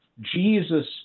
Jesus